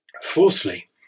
Fourthly